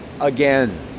again